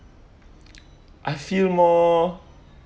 I feel more